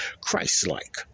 Christ-like